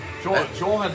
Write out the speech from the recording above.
Joel